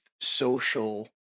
social